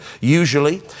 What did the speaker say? usually